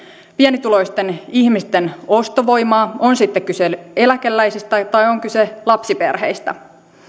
pienituloisten ihmisten ostovoimaa on sitten kyse eläkeläisistä tai tai on kyse lapsiperheistä